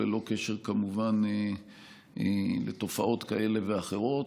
ללא קשר כמובן לתופעות כאלה ואחרות,